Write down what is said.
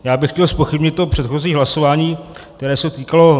Já bych chtěl zpochybnit to předchozí hlasování, které se týkalo Makedonie.